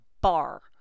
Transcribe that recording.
bar